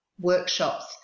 workshops